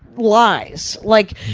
lies. like,